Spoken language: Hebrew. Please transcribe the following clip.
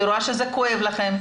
אני רואה שזה כואב לכם,